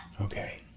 Okay